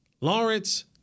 Lawrence